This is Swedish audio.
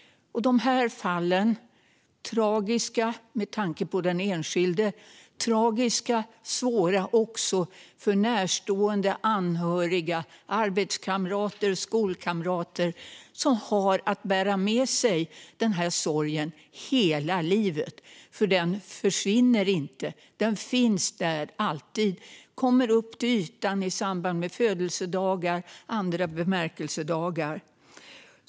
Dessa fall är tragiska med tanke på den enskilde. De är tragiska och svåra också för närstående, anhöriga, arbetskamrater och skolkamrater som har att bära med sig sorgen hela livet. Den försvinner inte. Den finns alltid där och kommer upp till ytan i samband med födelsedagar och andra bemärkelsedagar.